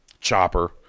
Chopper